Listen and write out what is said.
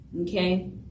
okay